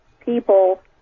people